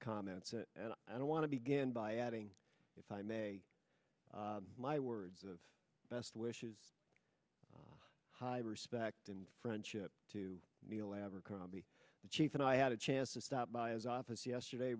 comments and i don't want to begin by adding if i may my words of best wishes high respect and friendship to neil abercrombie the chief and i had a chance to stop by his office yesterday